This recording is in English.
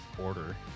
order